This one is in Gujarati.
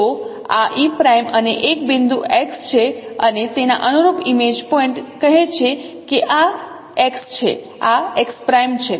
તો આ e' અને એક બિંદુ x છે અને તેના અનુરૂપ ઇમેજ પોઇન્ટ કહે છે કે આ x છે આ x' છે